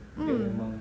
mm